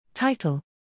Title